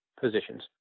positions